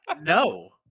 No